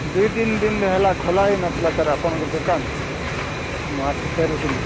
ଦୁଇ ତିନି ଦିନ ହେଲା ଖୋଲା ହୋଇନଥିଲା ସାର୍ ଆପଣଙ୍କ ଦୋକାନ ମୁଁ ଆସି ଫେରୁଥିଲି